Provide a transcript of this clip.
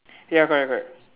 ya correct correct